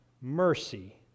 mercy